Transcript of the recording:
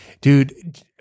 Dude